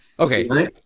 Okay